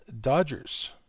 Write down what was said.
Dodgers